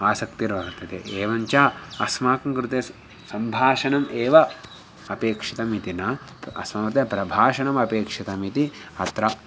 आसक्तिर्वर्तते एवं च अस्माकं कृते सम्भाषणम् एव अपेक्षितम् इति न अस्माकं कृते प्रभाषणम् अपेक्षितमिति अत्र